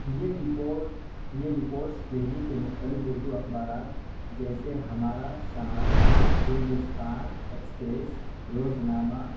یہ رپورٹ یہ رپورٹس دلی کے مختلف اردو اخبارات جیسے ہمارا سماج ہندوستان ایکسپریس روزنامہ